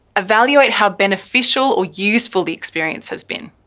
evaluate how beneficial or useful the experience has been.